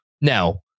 Now